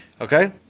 Okay